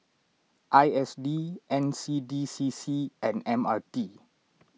I S D N C D C C and M R T